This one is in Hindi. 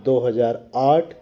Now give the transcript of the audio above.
दो हजार आठ